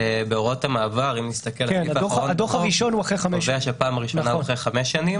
בהוראות המעבר --- הדוח הראשון הוא אחרי חמש שנים.